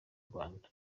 rwanda